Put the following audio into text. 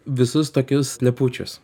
visus tokius plepučius